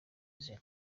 izina